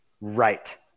Right